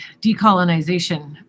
decolonization